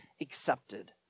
accepted